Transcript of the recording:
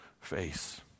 face